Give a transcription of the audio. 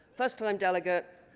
first time delegate,